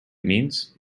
means